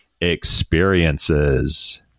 experiences